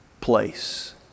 place